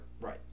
right